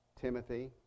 Timothy